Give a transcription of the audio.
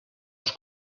els